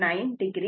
9 o आहे